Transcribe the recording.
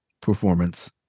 performance